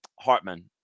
Hartman